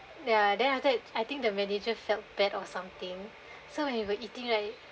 ya then after that I think the manager felt bad or something so when we were eating right